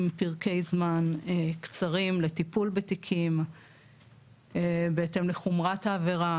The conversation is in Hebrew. פסקי זמן קצרים לטיפול בתיקים בהתאם לחומרת העבירה,